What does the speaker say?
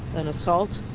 an assault.